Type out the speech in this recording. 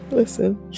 listen